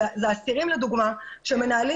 אלה לדוגמה אסירים שמנהלים